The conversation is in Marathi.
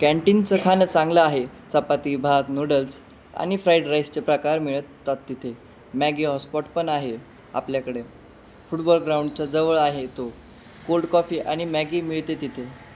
कॅन्टीनचं खाणं चांगलं आहे चपाती भात नूडल्स आणि फ्राईड राईसचे प्रकार मिळतात तिथे मॅगी हॉटस्पॉट पण आहे आपल्याकडे फुटबॉल ग्राउंडचा जवळ आहे तो कोल्ड कॉफी आणि मॅगी मिळते तिथे